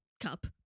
cup